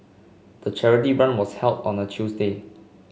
the charity run was held on a Tuesday